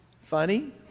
funny